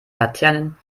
laternen